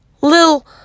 little